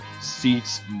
seats